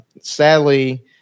Sadly